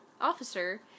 officer